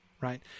right